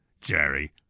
Jerry